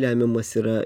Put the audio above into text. lemiamas yra